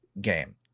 game